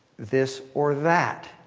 this or that.